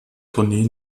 tournee